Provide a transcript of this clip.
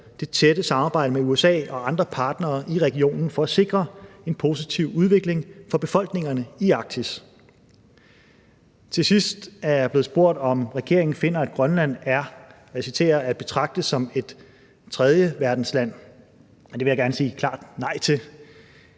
det tætte samarbejde med USA og andre partnere i regionen for at sikre en positiv udvikling for befolkningerne i Arktis. Til sidst er jeg blevet spurgt, om regeringen finder, at Grønland er, og jeg citerer: »at betragte som et tredjeverdensland«. Og det vil jeg gerne sige klart nej til.